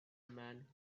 man